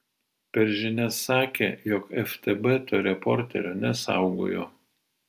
per žinias sakė jog ftb to reporterio nesaugojo